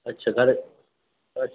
اچھا گھر اچھا